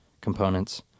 components